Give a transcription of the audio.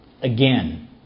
again